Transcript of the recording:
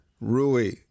Rui